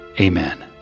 Amen